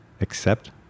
accept